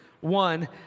One